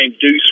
Deuce